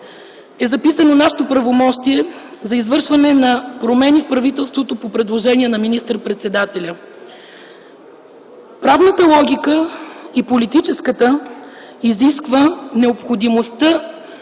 е записано нашето правомощие за извършване на промени в правителството по предложение на министър-председателя. Правната и политическата логика изискват необходимостта